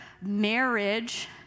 marriage